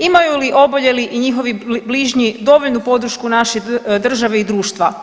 Imaju li oboljeli i njihovi bližnji dovoljnu podršku naše države i društva?